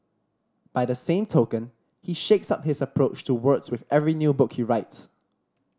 by the same token he shakes up his approach to words with every new book he writes